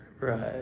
right